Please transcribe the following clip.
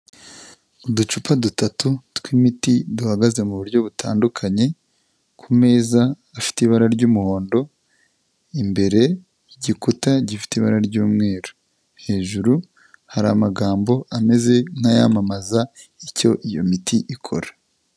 Uducupa dutatu tw'imiti duhagaze mu buryo butandukanye, ku meza afite ibara ry'umuhondo, imbere igikuta gifite ibara ry'umweru, hejuru hari amagambo ameze nk'ayamamaza icyo iyo miti ikora.